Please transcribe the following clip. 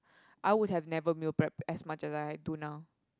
I would have neighbor meal prep as much as I had tuna